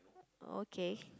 okay